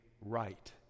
right